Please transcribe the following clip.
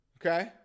okay